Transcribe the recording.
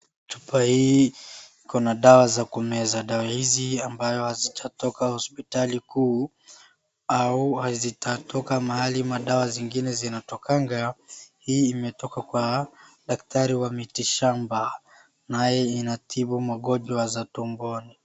Chupa hii iko na dawa za kumeza. Dawa hizi ambazo hazijatoka hospitali kuu au hazijatoka mahali dawa zingine zinatokanga. Hii imetoka kwa daktari wa miti shamba, naye inatibimu magonjwa ya tumboni.